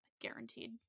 guaranteed